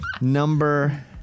Number